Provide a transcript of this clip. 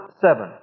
seven